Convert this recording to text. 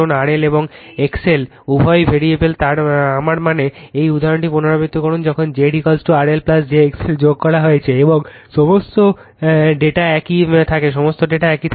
RL এবং XL উভয়ই variable আমার মানে এই উদাহরণটি পুনরাবৃত্তি করুন যখন Z RL j XL যোগ করা হয় এবং সমস্ত ডেটা একই থাকে সমস্ত ডেটা একই থাকে